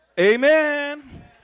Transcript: Amen